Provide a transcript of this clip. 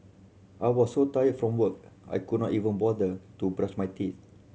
I was so tired from work I could not even bother to brush my teeth